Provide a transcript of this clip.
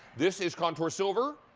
this is contour silver.